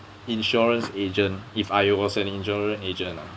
insurance agent if I was an insurance agent ah